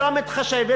שלא מתחשבת.